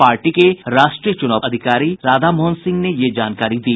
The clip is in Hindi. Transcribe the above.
पार्टी के राष्ट्रीय चुनाव अधिकारी राधामोहन सिंह ने यह जानकारी दी